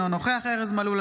אינו נוכח ארז מלול,